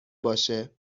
باشه